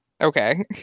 Okay